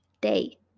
day